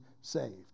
saved